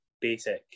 basic